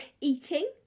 eating